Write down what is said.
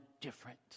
different